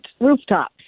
rooftops